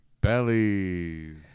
bellies